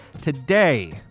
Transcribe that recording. Today